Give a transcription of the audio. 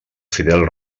fidel